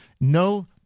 No